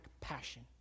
passion